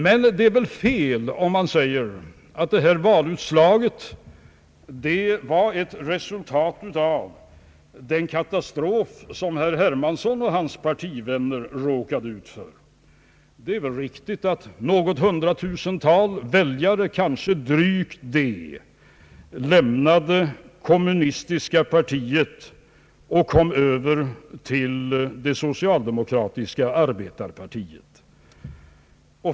Men jag tror att det är fel om man säger att valutslaget var ett resultat av den katastrof som herr Hermansson och hans partivänner råkade ut för, Det är väl riktigt att kanske drygt något hundratusental väljare lämnade det kommunistiska partiet och kom över till det socialdemokratiska arbetarpartiet.